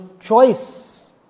choice